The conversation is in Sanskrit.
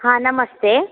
हा नमस्ते